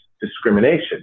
discrimination